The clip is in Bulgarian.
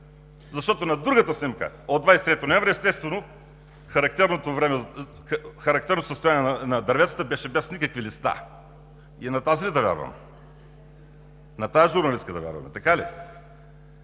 защото на другата снимка – от 23 ноември, естествено, характерното състояние на дърветата беше без никакви листа. И на тази ли да вярвам?! На тази журналистка да вярваме, така ли?!